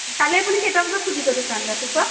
অঁ কালি আপুনি কেইটা বজাত খুলিব দোকান ৰাতিপুৱা